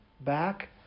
back